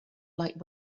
light